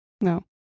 No